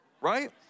right